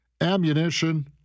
ammunition